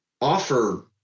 offer